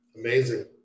Amazing